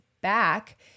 back